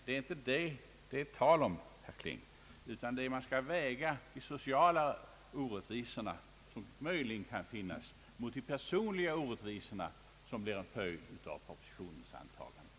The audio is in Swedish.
Det är inte det frågan gäller, herr Kling, utan man måste väga de sociala orättvisor, som möjligen kan finnas, mot de personliga orättvisor, som blir en följd av propositionens antagande.